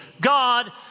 God